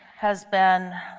has been